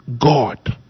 God